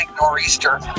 nor'easter